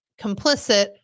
complicit